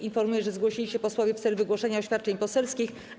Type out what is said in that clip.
Informuję, że zgłosili się posłowie w celu wygłoszenia oświadczeń poselskich.